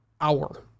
hour